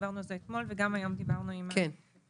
דיברנו על זה אתמול וגם היום דיברנו על זה עם הנציבות.